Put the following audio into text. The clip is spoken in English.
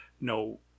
no